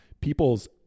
people's